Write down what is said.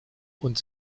und